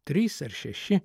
trys ar šeši